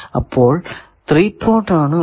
അപ്പോൾ 3 പോർട്ട് ആണ് ഉള്ളത്